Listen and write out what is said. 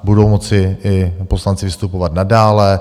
Budou moci i poslanci vystupovat nadále.